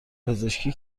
پزشکی